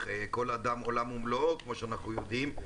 כל אדם הוא עולם ומלואו כמו שאנחנו יודעים,